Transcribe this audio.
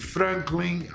Franklin